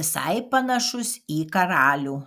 visai panašus į karalių